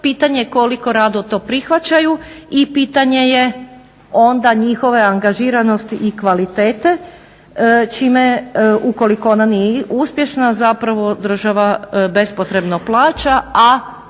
Pitanje je koliko rado to prihvaćaju i pitanje je onda njihove angažiranosti i kvalitete, čime, ukoliko ona nije uspješna zapravo država bespotrebno plaća a